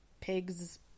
pigs